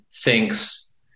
thinks